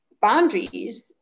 boundaries